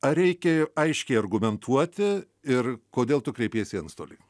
ar reikia aiškiai argumentuoti ir kodėl tu kreipiesi į antstolį